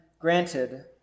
granted